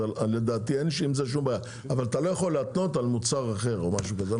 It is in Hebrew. אבל אתה לא יכול להתנות על מוצר אחר או משהו כזה,